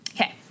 Okay